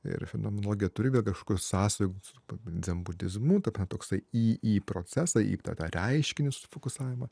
ir fenomenologija turi vėlgi kažkokių sąsajų su dzenbudizmu tai ten toksai į į procesą į tą tą reiškinį susifokusavim